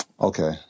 okay